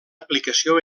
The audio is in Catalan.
aplicació